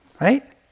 Right